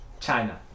China